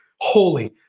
holy